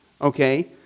okay